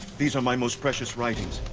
these are my most precious writings,